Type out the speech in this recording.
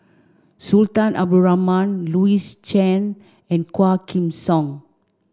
Sultan Abdul Rahman Louis Chen and Quah Kim Song